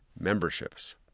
memberships